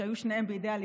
שהיו שניהם בידי הליכוד,